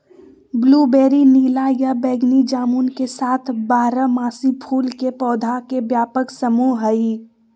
blueberry नीला या बैगनी जामुन के साथ बारहमासी फूल के पौधा के व्यापक समूह हई